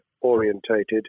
orientated